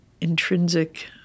intrinsic